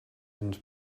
and